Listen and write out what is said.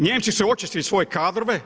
Nijemci su očistili svoje kadrove.